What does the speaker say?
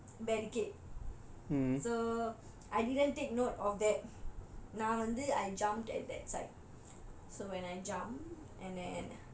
so they had like a barricade so I didn't take note of that நான் வந்து:naan vanthu I jumped at that site